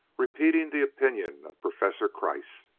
repeating the opinion of professor kreiss.